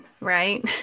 right